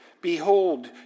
Behold